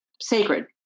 sacred